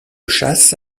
chasse